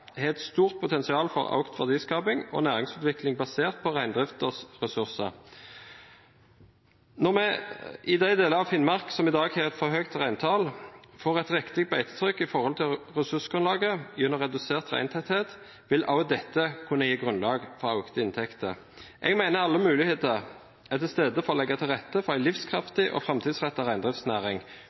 har et stort potensial for økt verdiskaping og næringsutvikling basert på reindriftens ressurser. Når vi i de deler av Finnmark som i dag har et for høyt reintall, får et riktig beitetrykk i forhold til ressursgrunnlaget gjennom redusert reintetthet, vil også dette kunne gi grunnlag for økte inntekter. Jeg mener alle muligheter er til stede for å legge til rette for en livskraftig og framtidsrettet reindriftsnæring,